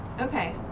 okay